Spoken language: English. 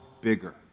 bigger